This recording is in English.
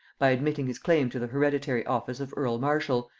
by admitting his claim to the hereditary office of earl marshal,